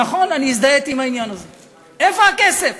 נכון, אני הזדהיתי עם העניין הזה, איפה הכסף?